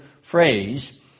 phrase